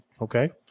okay